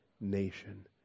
nation